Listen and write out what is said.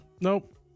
Nope